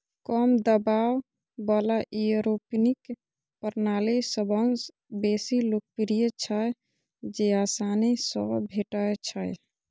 कम दबाव बला एयरोपोनिक प्रणाली सबसं बेसी लोकप्रिय छै, जेआसानी सं भेटै छै